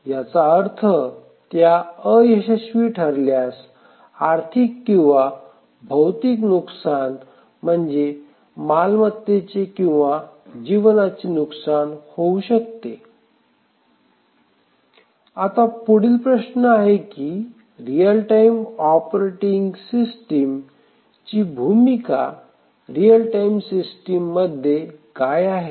याचा अर्थ त्या अयशस्वी ठरल्यास आर्थिक किंवा भौतिक नुकसान म्हणजे मालमत्तेचे किंवा जीवनाचे नुकसान होऊ शकते आता पुढील प्रश्न आहे की रियल टाइम ऑपरेटिंग सिस्टिम ची भूमिका रियल टाईम सिस्टीम मध्ये काय आहे